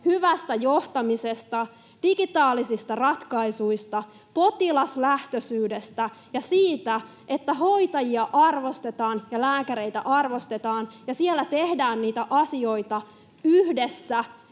hyvästä johtamisesta, digitaalisista ratkaisuista, potilaslähtöisyydestä ja siitä, että hoitajia arvostetaan ja lääkäreitä arvostetaan ja siellä tehdään niitä asioita yhdessä